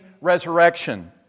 resurrection